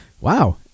Wow